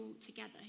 together